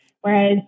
Whereas